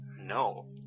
No